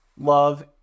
love